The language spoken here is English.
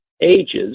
ages